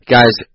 Guys